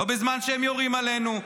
לא בזמן שהם יורים עלינו,